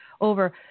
over